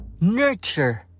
nurture